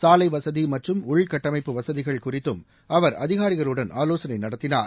சாலை வசதி மற்றும் உள் கட்டமைப்பு வசதிகள் குறித்தும் அவர் அதிகாரிகளுடன் ஆலோசனை நடத்தினார்